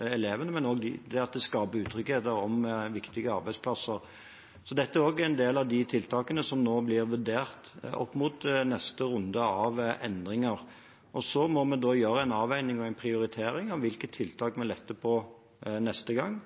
elevene og også skaper usikkerhet om viktige arbeidsplasser. Det er også en del av de tiltakene som nå blir vurdert opp mot neste runde med endringer. Så må vi gjøre en avveining og en prioritering av hvilke tiltak vi letter på neste gang,